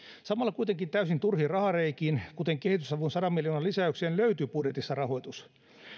samalla kuitenkin täysin turhiin rahareikiin kuten kehitysavun sadan miljoonan lisäykseen löytyy budjetissa rahoitus